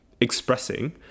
expressing